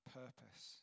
purpose